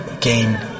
gain